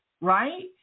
right